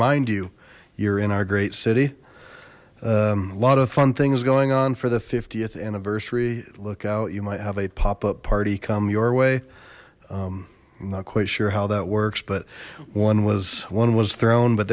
mind you you're in our great city a lot of fun things going on for the fiftieth anniversary look out you might have a pop up party come your way not quite sure how that works but one was one was thrown but